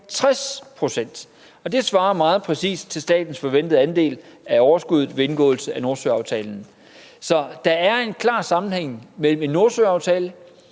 60 pct., og det svarer meget præcist til statens forventede andel af overskuddet ved indgåelse af Nordsøaftalen. Så der er en klar sammenhæng mellem en Nordsøaftale,